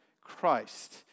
Christ